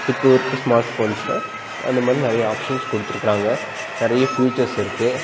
இப்போ இருக்கற ஸ்மார்ட்ஸ் ஃபோன்ஸ்சில் அந்த மாதிரி நிறைய ஆப்ஷன்ஸ் கொடுத்துருக்குறாங்க நிறைய ஃப்யூச்சர்ஸ் இருக்குது